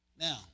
Now